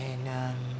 and um